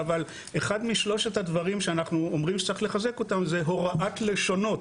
אחד משלושת הדברים שאנחנו אומרים שצריך לחזק זה הוראת לשונות,